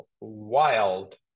wild